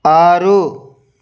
ఆరు